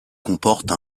comporte